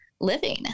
living